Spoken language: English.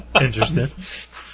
Interesting